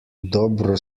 dobro